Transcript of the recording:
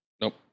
Nope